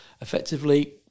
effectively